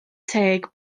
teg